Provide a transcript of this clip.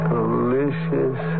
Delicious